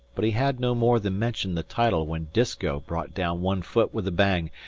but he had no more than mentioned the title when disko brought down one foot with a bang,